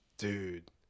Dude